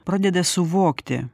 pradeda suvokti